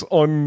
on